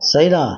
China